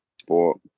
sport